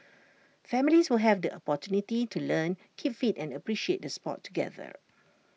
families will have the opportunity to learn keep fit and appreciate the Sport together